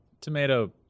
Tomato